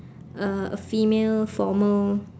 uh a female formal